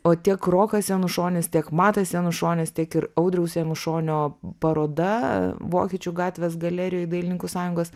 o tiek rokas janušonis tiek matas janušonis tiek ir audriaus janušonio paroda vokiečių gatvės galerijoj dailininkų sąjungos